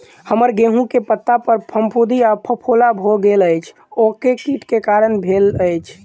हम्मर गेंहूँ केँ पत्ता पर फफूंद आ फफोला भऽ गेल अछि, ओ केँ कीट केँ कारण भेल अछि?